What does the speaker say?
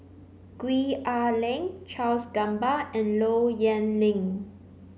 Gwee Ah Leng Charles Gamba and Low Yen Ling